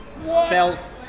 spelt